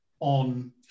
on